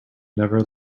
never